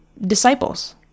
disciples